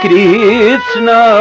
Krishna